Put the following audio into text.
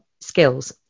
skills